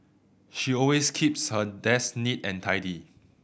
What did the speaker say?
she always keeps her desk neat and tidy